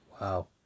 Wow